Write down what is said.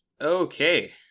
Okay